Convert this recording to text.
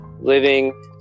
living